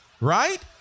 right